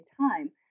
time